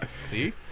see